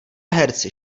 herci